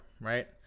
Right